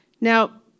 Now